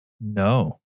No